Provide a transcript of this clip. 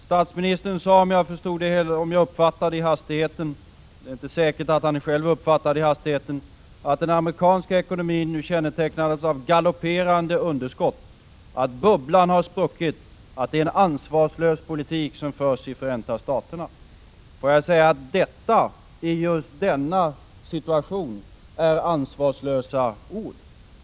Statsministern sade, om jag uppfattade det rätt i hastigheten — jag är inte säker på att han själv uppfattade det i hastigheten — att den amerikanska ekonomin nu kännetecknas av galopperande underskott, att bubblan har spruckit och att det är en ansvarslös politik som förs i Förenta Staterna. Låt mig säga att detta i just denna situation är ansvarslösa ord.